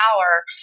power